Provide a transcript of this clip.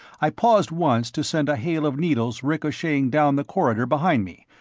i paused once to send a hail of needles ricocheting down the corridor behind me,